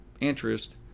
interest